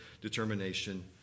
determination